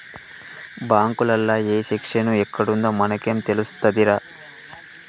బాంకులల్ల ఏ సెక్షను ఎక్కడుందో మనకేం తెలుస్తదిరా